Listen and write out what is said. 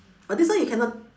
but this one you cannot